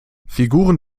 figuren